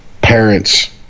parents